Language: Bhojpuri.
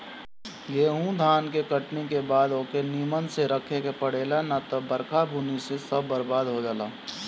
गेंहू धान के कटनी के बाद ओके निमन से रखे के पड़ेला ना त बरखा बुन्नी से सब बरबाद हो जाला